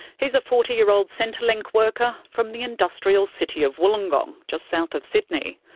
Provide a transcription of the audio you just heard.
he's a forty year old-centrelink worker from the industrial city of wollongong, just south of sydney.